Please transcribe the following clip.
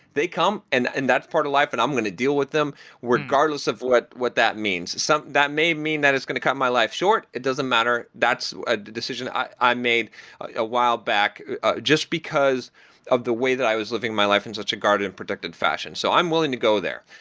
they come and and that's part of life and i'm going to deal with them regardless of what what that means. that may mean that is going to cut my life short. it doesn't matter. that's a decision i i made a while back just because of the way that i was living my life in such a guarded and protected fashion. so i'm willing to go there.